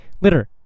litter